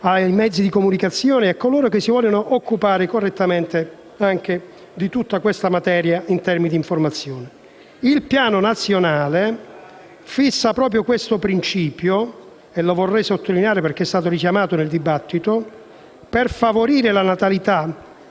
ai mezzi di comunicazione e a coloro che si vogliono occupare correttamente di questa materia in termini di informazione. Il Piano nazionale fissa proprio questo principio - lo vorrei sottolineare perché è stato richiamato nel dibattito - per favorire la natalità.